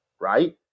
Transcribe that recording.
right